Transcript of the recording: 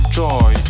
joy